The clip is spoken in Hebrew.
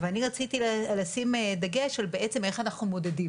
אני רציתי לשים דגש על בעצם איך אנחנו מודדים